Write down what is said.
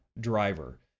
driver